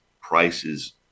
prices